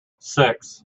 six